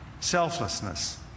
selflessness